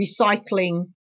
recycling